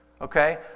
Okay